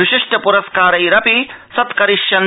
विशिष्टप्रस्कारप्रि सत्करिष्यन्ते